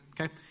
Okay